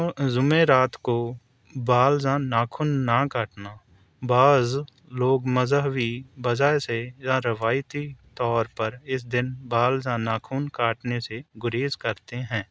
جمیرات کو بال یا ناخن نہ کاٹنا بعض لوگ مذہبی وجہ سے یا روایتی طور پر اس دن بال یا ناخن کاٹنے سے گریز کرتے ہیں